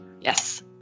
Yes